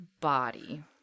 body